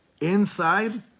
Inside